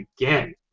again